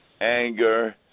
anger